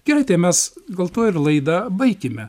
gerai tai mes gal tuo ir laidą baikime